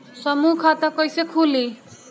समूह खाता कैसे खुली?